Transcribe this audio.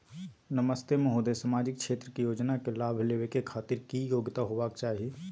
नमस्ते महोदय, सामाजिक क्षेत्र के योजना के लाभ लेबै के खातिर की योग्यता होबाक चाही?